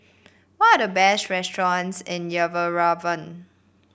what are the best restaurants in Yerevan